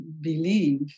believe